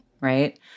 right